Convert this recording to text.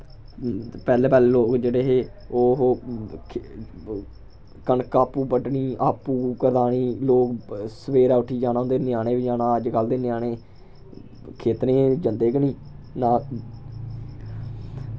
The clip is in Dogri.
पैह्लें पैह्लें लोग जेह्ड़े हे ओह् ओह् कनक आपूं बड्डनी आपूं करतानी लोग सवेरे उट्ठियै जाना उं'दे ञ्यानें बी जाना अज्जकल दे ञ्याने खेत्तरें च जंदे गै नी ना